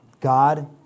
God